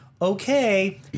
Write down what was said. Okay